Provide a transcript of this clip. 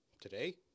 Today